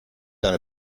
eine